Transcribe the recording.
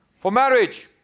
for marriage!